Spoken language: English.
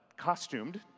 Costumed